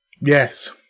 Yes